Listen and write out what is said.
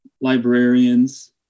librarians